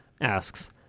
asks